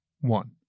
one